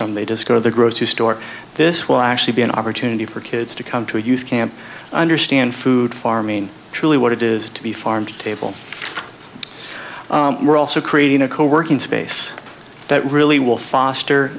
from they discover the grocery store this will actually be an opportunity for kids to come to a youth camp understand food farm in truly what it is to be farm to table we're also creating a co working space that really will foster